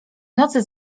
nocy